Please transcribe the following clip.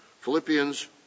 Philippians